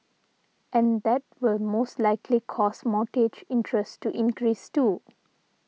and that will most likely cause mortgage interest to increase too